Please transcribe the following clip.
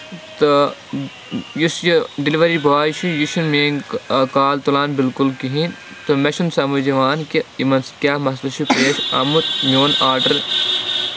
تہٕ یُس یہِ ڈِلؤری بوے چھُ یہِ چھُ نہٕ میٲنۍ کال تُلان بِلکُل کِہینۍ تہٕ مےٚ چھُ نہٕ سَمج یِوان کہِ یِمَن سۭتۍ کیاہ مَسلہٕ چھُ آمُت میون آڈر